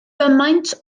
gymaint